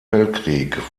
weltkrieg